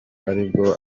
aribwo